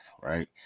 right